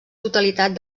totalitat